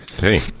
Hey